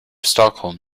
stockholm